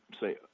say